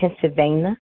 Pennsylvania